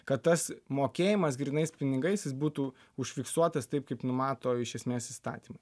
kad tas mokėjimas grynais pinigais jis būtų užfiksuotas taip kaip numato iš esmės įstatymai